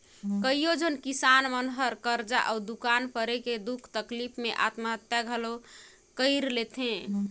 कयोझन किसान मन हर करजा अउ दुकाल परे के दुख तकलीप मे आत्महत्या घलो कइर लेथे